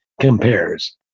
compares